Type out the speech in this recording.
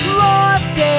lost